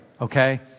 okay